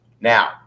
Now